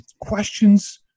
questions